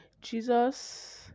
Jesus